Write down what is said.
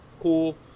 cool